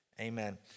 amen